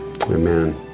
Amen